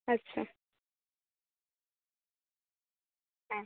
আচ্ছা হ্যাঁ